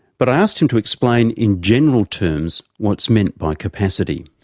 but i asked him to explain in general terms what's meant by capacity.